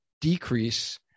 decrease